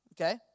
Okay